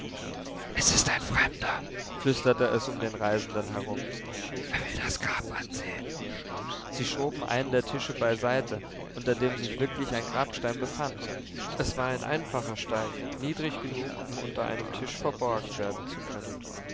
es ist ein fremder flüsterte es um den reisenden herum er will das grab ansehen sie schoben einen der tische beiseite unter dem sich wirklich ein grabstein befand es war ein einfacher stein niedrig genug um unter einem tisch verborgen werden zu können